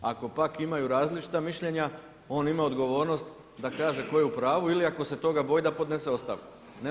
Ako pak imaju različita mišljenja on ima odgovornost da kaže tko je u pravu ili ako se toga boji da podnese ostavku.